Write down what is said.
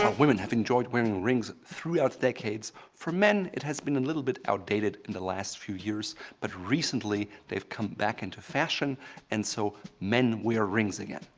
ah women have enjoyed wearing rings throughout decades, for men, it has been a little bit outdated in the last few years but recently, they've come back into fashion and so men wear rings again.